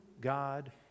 God